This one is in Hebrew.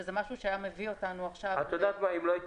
שזה משהו שהיה מביא אותנו עכשיו --- אם לא